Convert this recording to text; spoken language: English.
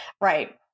Right